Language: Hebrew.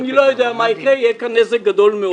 אני לא יודע מה יקרה אבל יהיה כאן נזק גדול מאוד.